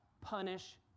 punish